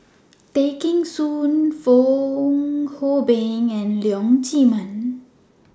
Tay Kheng Soon Fong Hoe Beng and Leong Chee Mun